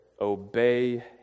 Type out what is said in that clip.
obey